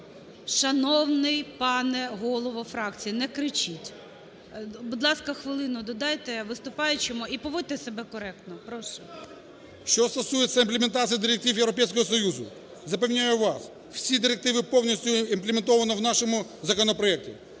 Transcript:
Шановний пане голово фракції, не кричіть! Будь ласка, хвилину додайте виступаючому. І поводьте себе коректно. Прошу. КОЗИР Б.Ю. Що стосується імплементації директив Європейського Союзу, запевняю вас, всі директиви повністю імплементовано в нашому законопроекті.